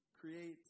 Create